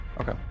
Okay